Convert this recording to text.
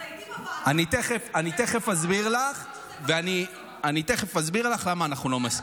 אתה איתי בוועדה, ואתם יודעים שזה לבקשת הצבא.